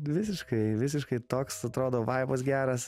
visiškai visiškai toks atrodo vaibas geras